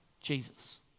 Jesus